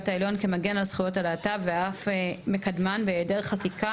העליון כמגן על זכויות הלהט"ב ואף מקדמן בהיעדר חקיקה,